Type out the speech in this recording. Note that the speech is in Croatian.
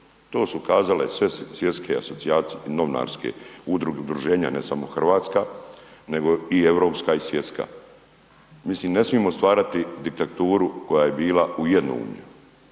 to su ukazale sve svjetske asocijacije novinarske, udruge, udruženja ne samo hrvatska, nego i europska i svjetska. Mi si ne smijemo stvarati diktaturu koja je bila u jednoumlju.